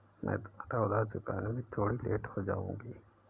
मैं तुम्हारा उधार चुकाने में थोड़ी लेट हो जाऊँगी